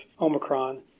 Omicron